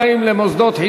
הזכות לפיצויי התפטרות),